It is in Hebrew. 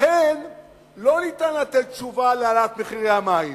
לכן לא ניתן לתת תשובה להעלאת מחירי המים,